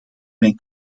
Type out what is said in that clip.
mijn